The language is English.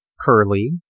Curly